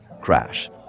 crash